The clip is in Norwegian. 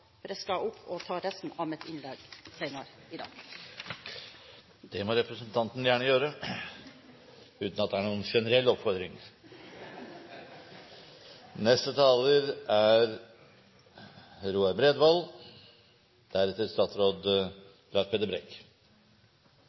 ta resten av mitt innlegg senere i dag. Det må representanten gjerne gjøre, uten at det er noen generell oppfordring. I min tid som politiker, og med egen erfaring som selvstendig næringsdrivende, er